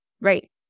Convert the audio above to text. Right